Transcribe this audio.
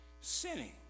sinning